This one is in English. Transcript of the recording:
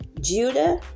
Judah